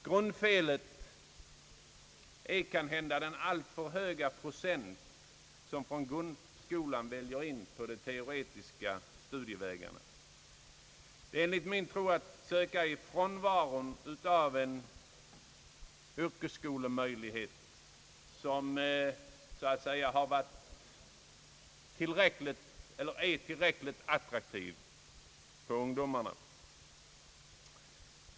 Grundfelet är kanhända att en alltför hög procent av eleverna i grundskolan väljer de teoretiska studievägarna. Detta beror enligt min mening på frånvaron av en möjlighet till yrkesskoleutbildning, som så att säga är tillräckligt attraktiv för ungdomarna.